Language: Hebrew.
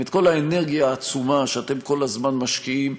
אם את כל האנרגיה העצומה שאתם כל הזמן משקיעים,